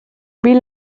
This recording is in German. wie